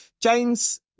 James